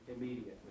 immediately